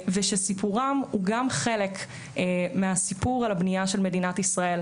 ושסיפורם הוא גם חלק מהסיפור על הבנייה של מדינת ישראל,